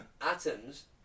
atoms